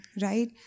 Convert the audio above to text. right